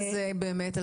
מה זה באמת?